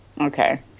Okay